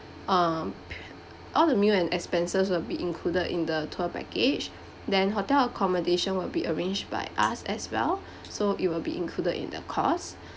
um all the meal and expenses will be included in the tour package then hotel accommodation will be arranged by us as well so it will be included in the course